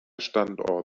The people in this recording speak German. standorten